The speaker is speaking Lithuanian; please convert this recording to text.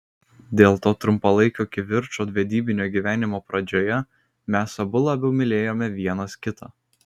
dėl to trumpalaikio kivirčo vedybinio gyvenimo pradžioje mes abu labiau mylėjome vienas kitą